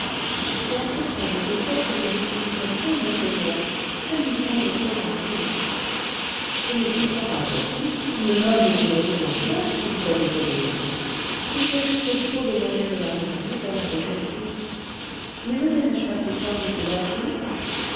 si acceptable que soit cette justification monseigneur elle me semble trop facile ce n'est pourtant après tout qu'une noble et généreuse imprudence que vous avez commise il vous reste trop de moyens de la réparer pour la regretter mais ne verrai-je pas ce soir